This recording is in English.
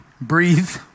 breathe